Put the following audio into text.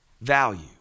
value